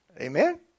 Amen